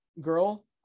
girl